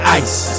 ice